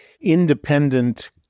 independent